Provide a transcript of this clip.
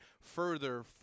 further